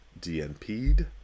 DNP'd